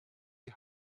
die